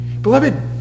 Beloved